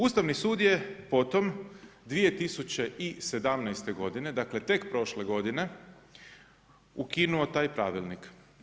Ustavni sud je potom 2017. godine dakle tek prošle godine ukinuo taj pravilnik.